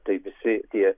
tai visi tie